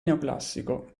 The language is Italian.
neoclassico